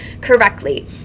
correctly